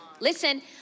Listen